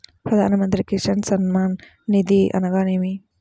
ప్రధాన మంత్రి కిసాన్ సన్మాన్ నిధి అనగా ఏమి?